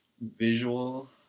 visual